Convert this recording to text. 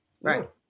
Right